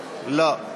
לא,